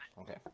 Okay